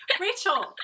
Rachel